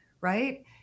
right